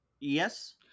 Yes